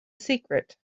secret